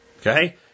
Okay